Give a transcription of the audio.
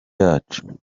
yacu